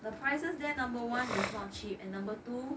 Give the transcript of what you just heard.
the prices their number one is not cheap and number two